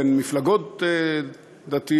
בין מפלגות דתיות,